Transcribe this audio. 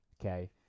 Okay